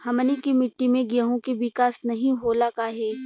हमनी के मिट्टी में गेहूँ के विकास नहीं होला काहे?